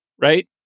right